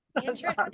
interesting